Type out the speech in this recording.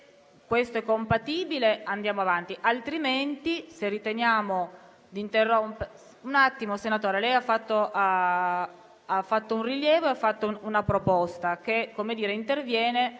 questo è compatibile, andiamo avanti;